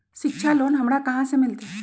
शिक्षा लोन हमरा कहाँ से मिलतै?